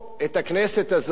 את הכנסת הזאת